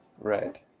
Right